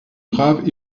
grave